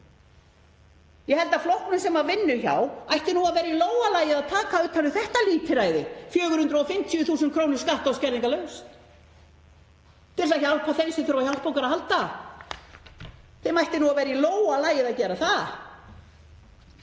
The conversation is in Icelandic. Ég held að flokknum sem hann vinnur hjá ætti að vera í lófa lagið að taka utan um þetta lítilræði, 450.000 kr. skatta- og skerðingarlaust, til að hjálpa þeim sem þurfa á hjálp okkar að halda. Þeim ætti að vera í lófa lagið að gera það.